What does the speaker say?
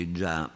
già